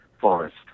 forest